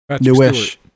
Newish